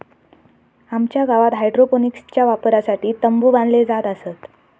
आमच्या गावात हायड्रोपोनिक्सच्या वापरासाठी तंबु बांधले जात असत